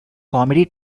comedy